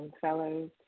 fellows